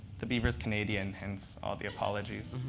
the beaver's canadian, hence all the apologies.